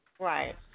Right